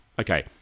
Okay